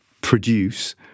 produce